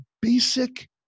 basic